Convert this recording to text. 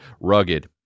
rugged